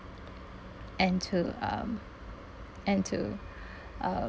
and to um and to um